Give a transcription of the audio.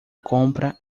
compra